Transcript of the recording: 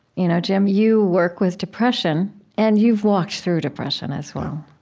you know jim, you work with depression and you've walked through depression as well.